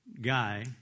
guy